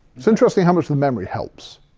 it's interesting how much the memory helps.